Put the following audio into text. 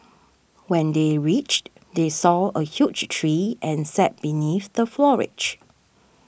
when they reached they saw a huge tree and sat beneath the foliage